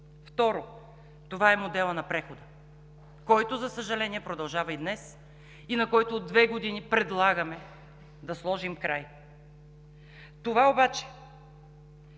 Второ, това е моделът на прехода, който, за съжаление, продължава и днес, и на който от две години предлагаме да сложим край. Това обаче е